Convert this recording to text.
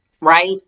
right